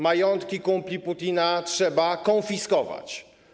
Majątki kumpli Putina trzeba konfiskować.